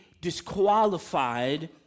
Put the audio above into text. disqualified